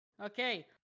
Okay